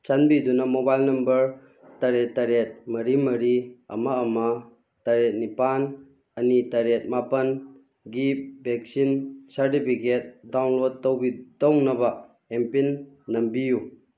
ꯆꯥꯟꯕꯤꯗꯨꯅ mobile number ꯇꯔꯦꯠ ꯇꯔꯦꯠ ꯃꯔꯤ ꯃꯔꯤ ꯑꯃ ꯑꯃ ꯇꯔꯦꯠ ꯅꯤꯄꯥꯜ ꯑꯅꯤ ꯇꯔꯦꯠ ꯃꯥꯄꯜꯒꯤ ꯚꯦꯛꯁꯤꯟ ꯁꯥꯔꯗꯤꯕꯤꯒꯦꯠ ꯗꯥꯎꯟꯂꯣꯠ ꯇꯧꯅꯕ ꯑꯦꯝꯄꯤꯟ ꯅꯝꯕꯤꯌꯨ